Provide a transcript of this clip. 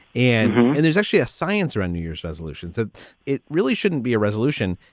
and and there's actually a science or a new year's resolutions that it really shouldn't be a resolution.